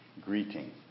Greeting